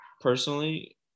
Personally